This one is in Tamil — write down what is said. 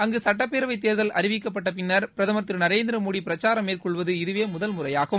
அங்கு சுட்டப்பேரவை தேர்தல் அறிவிக்கப்பட்ட பின்னர் பிரதமர் திரு நரேந்திர மோடி பிரச்சாரம் மேற்கொள்வது இதுவே முதல் முறையாகும்